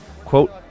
quote